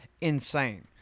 insane